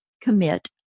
commit